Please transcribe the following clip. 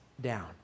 down